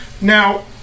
now